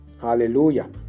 Hallelujah